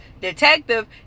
detective